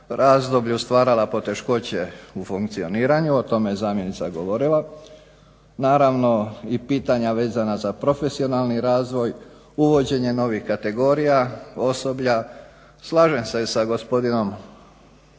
razdoblju stvarala poteškoće u funkcioniranju. O tome je zamjenica govorila. Naravno i pitanja vezana za profesionalni razvoj, uvođenje novih kategorija osoblja. Slažem se sa gospodinom